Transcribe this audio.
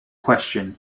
question